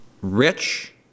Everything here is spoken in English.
Rich